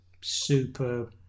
Super